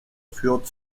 führt